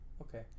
Okay